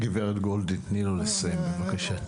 גברת גולדין, תני לו לסיים בבקשה.